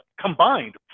combined